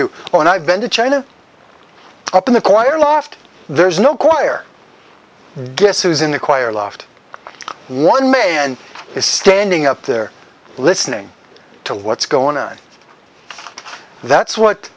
do when i've been to china up in the choir loft there's no choir guess who's in the choir loft one man is standing up there listening to what's going on that's what